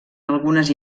algunes